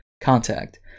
contact